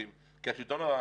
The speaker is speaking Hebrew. והנדסה,